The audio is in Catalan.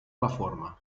reforma